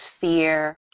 fear